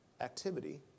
activity